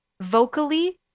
vocally